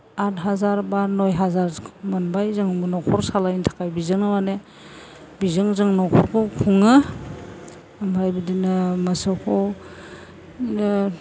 आद हाजार बा नय हाजार मोनबाय जोंबो न'खर सालायनो थाखाय बिदियावनो माने बेजों जों न'खरखौ खुङो ओमफ्राय बिदिनो मोसौखौ बिदिनो